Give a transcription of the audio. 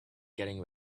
getting